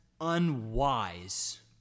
unwise